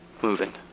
moving